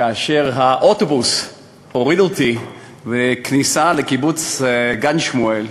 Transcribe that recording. כאשר האוטובוס הוריד אותי בכניסה לקיבוץ גן-שמואל,